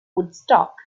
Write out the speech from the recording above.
woodstock